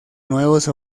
nuevos